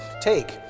Take